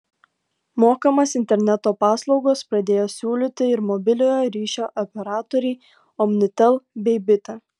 mokamas interneto paslaugas pradėjo siūlyti ir mobiliojo ryšio operatoriai omnitel bei bitė